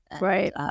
Right